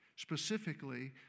Specifically